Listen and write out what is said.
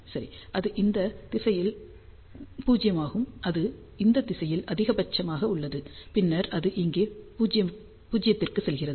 சரி இது இந்த திசையில் 0 ஆகும் அது இந்த திசையில் அதிகபட்சமாக உள்ளது பின்னர் அது இங்கே 0 க்கு செல்கிறது